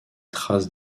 traces